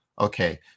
Okay